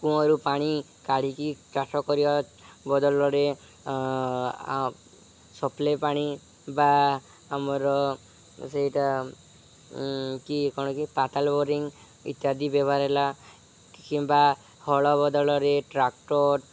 କୂଅଁରୁ ପାଣି କାଢ଼ିକି କାଠ କରିବା ବଦଳରେ ସପ୍ଲାଏ ପାଣି ବା ଆମର ସେଇଟା କି କ'ଣ କି ପାତାଲ ବୋରିଂ ଇତ୍ୟାଦି ବ୍ୟବହାର ହେଲା କିମ୍ବା ହଳ ବଦଳରେ ଟ୍ରାକ୍ଟର